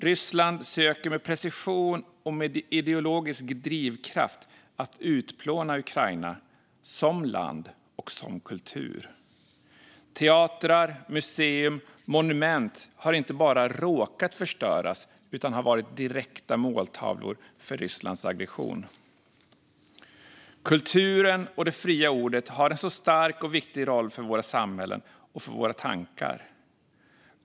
Ryssland söker med precision och med ideologisk drivkraft utplåna Ukraina, som land och som kultur. Teatrar, museer och monument har inte bara råkat förstöras utan har varit direkta måltavlor för Rysslands aggression. Kulturen och det fria ordet har en stark och viktig roll för våra samhällen och för våra tankar.